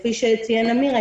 כפי שציין אמיר חייק,